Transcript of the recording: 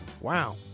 Wow